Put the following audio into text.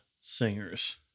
singers